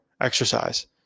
exercise